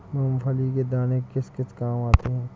मूंगफली के दाने किस किस काम आते हैं?